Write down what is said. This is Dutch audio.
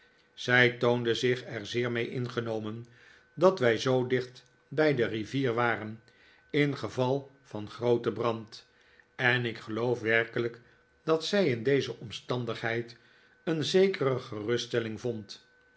zij toonde er zich zeer mee ingenomen dat wij zoo dicht bij de rivier waren ingeval van een grooten brand en ik geloof werkelijk dat zij in deze omstandigheid een zekere geruststelling vond